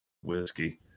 whiskey